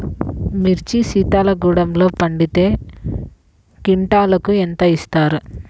మిర్చి శీతల గిడ్డంగిలో పెడితే క్వింటాలుకు ఎంత ఇస్తారు?